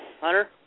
Hunter